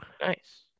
nice